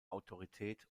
autorität